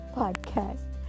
podcast